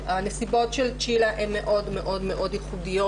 הנסיבות של צ'ילה הן מאוד מאוד מאוד ייחודיות,